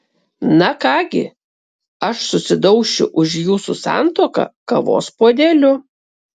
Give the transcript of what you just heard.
na ką gi aš susidaušiu už jūsų santuoką kavos puodeliu